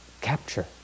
capture